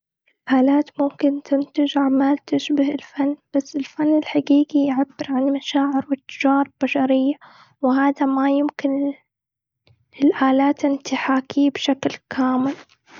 الآلات ممكن تنتج أعمال تشبه الفن. بس الفن الحقيقي يعبر عن مشاعر و بشرية. وهذا ما يمكن الآلات أن تحاكيه بشكل كامل.